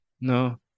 No